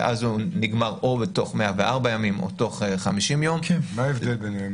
שאז הוא נגמר או בתוך 104 ימים או תוך 50 יום --- מה ההבדל ביניהם?